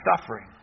suffering